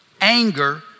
anger